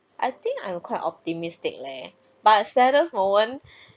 I think I'm quite optimistic leh but saddest moment